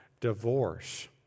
divorce